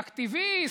אקטיביסט,